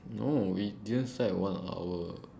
no we just start at one hour